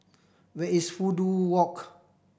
where is Fudu Walk